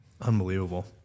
Unbelievable